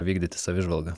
vykdyti savižvalgą